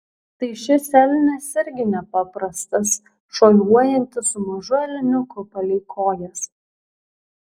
tai šis elnias irgi nepaprastas šuoliuojantis su mažu elniuku palei kojas